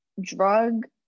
drug